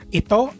ito